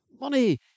money